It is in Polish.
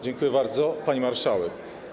Dziękuję bardzo, pani marszałek.